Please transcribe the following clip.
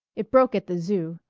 it broke at the zoo,